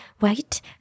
wait